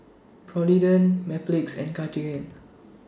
Polident Mepilex and Cartigain